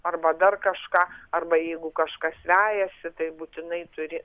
arba dar kažką arba jeigu kažkas vejasi tai būtinai turi